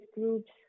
groups